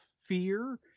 fear